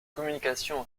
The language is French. communication